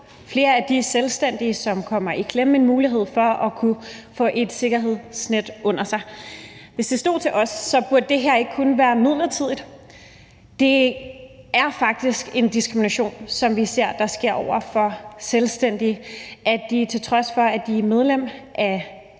flere af de selvstændige, som kommer i klemme, en mulighed for at kunne få et sikkerhedsnet under sig. Hvis det stod til os, burde det her ikke kun være midlertidigt. Det er faktisk en diskrimination, som vi ser der sker af selvstændige – at de, til trods for at de er medlem af